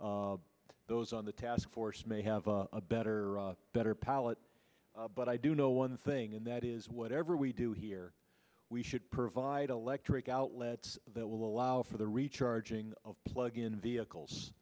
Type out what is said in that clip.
those on the task force may have a better better palate but i do know one thing and that is whatever we do here we should provide electric outlets that will allow for the recharging of plug in vehicles